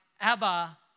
Abba